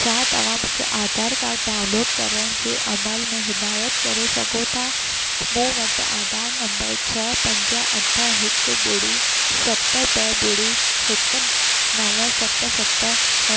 छा तव्हां मूंखे आधार कार्ड डाउनलोड करण जे अमल में हिदाइतु करे सघो था मूं वटि आधार नंबर छह पंज अठ हिकु ॿुड़ी सत ॿ ॿुड़ी हिकु नव सत सत